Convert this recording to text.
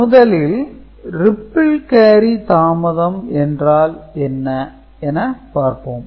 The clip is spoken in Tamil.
முதலில் ரிப்பிள் கேரி தாமதம் என்றால் என்ன என பார்ப்போம்